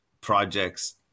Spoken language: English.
projects